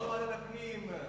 ועדת הפנים.